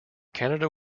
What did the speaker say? canada